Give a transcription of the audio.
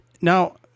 Now